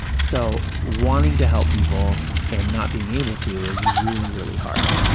so, wanting to help people and not being able to is really, really hard.